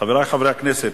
חברי חברי הכנסת,